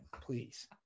please